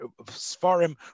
Sfarim